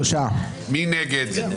מי נגד?